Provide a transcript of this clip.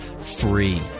free